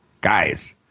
guys